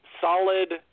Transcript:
solid